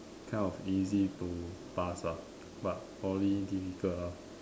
kind of easy to pass lah but Poly difficult ah